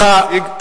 סליחה,